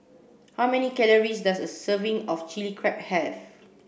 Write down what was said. how many calories does a serving of Chilli Crab have